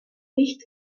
nicht